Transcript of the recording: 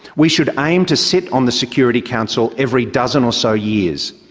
we should aim to sit on the security council every dozen or so years.